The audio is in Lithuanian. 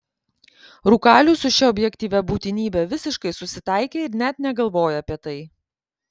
rūkalius su šia objektyvia būtinybe visiškai susitaikė ir net negalvoja apie tai